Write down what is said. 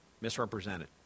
misrepresented